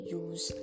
use